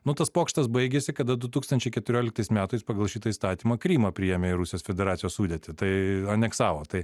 nu tas pokštas baigėsi kada du tūkstančiai keturioliktais metais pagal šitą įstatymą krymą priėmė į rusijos federacijos sudėtį tai aneksavo tai